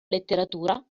letteratura